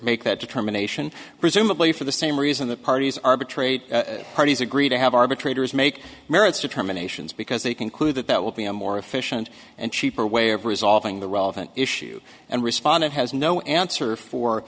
make that determination presumably for the same reason that parties arbitrate parties agree to have arbitrators make merits determinations because they conclude that that will be a more efficient and cheaper way of resolving the relevant issue and respondent has no answer for